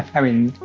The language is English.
i mean,